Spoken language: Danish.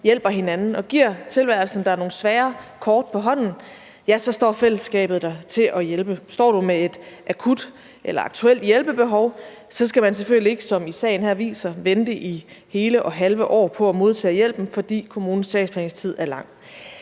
hjælper hinanden. Giver tilværelsen dig nogle svære kort på hånden, ja, så står fællesskabet der til at hjælpe. Står du med et akut eller aktuelt behov for hjælp, skal du selvfølgelig ikke, som sagen her viser, vente i hele og halve år på at modtage hjælpen, fordi kommunens sagsbehandlingstid er lang.